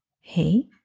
hey